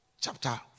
Chapter